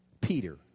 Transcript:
Peter